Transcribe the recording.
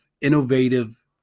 innovative